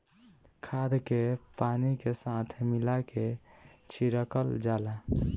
खाद के पानी के साथ मिला के छिड़कल जाला